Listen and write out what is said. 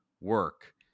work